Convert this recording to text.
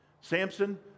Samson